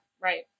right